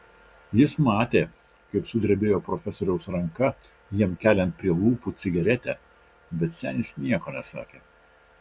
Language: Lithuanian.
jis matė kaip sudrebėjo profesoriaus ranka jam keliant prie lūpų cigaretę bet senis nieko nesakė